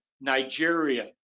nigeria